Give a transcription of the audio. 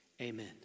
Amen